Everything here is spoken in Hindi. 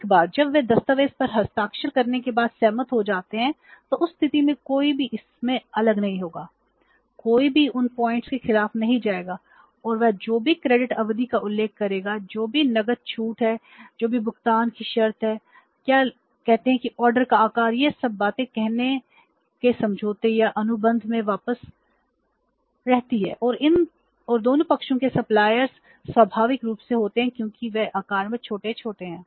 एक बार जब वे दस्तावेज पर हस्ताक्षर करने के बाद सहमत हो जाते हैं तो उस स्थिति में कोई भी इससे अलग नहीं होगा कोई भी उन बिंदुओं स्वाभाविक रूप से होते हैं क्योंकि वे आकार में छोटे होते हैं